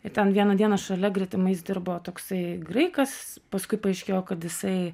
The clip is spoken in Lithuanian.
ir ten vieną dieną šalia gretimais dirbo toksai graikas paskui paaiškėjo kad jisai